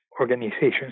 organizations